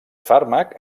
fàrmac